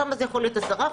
שם זה יכול להיות 10%,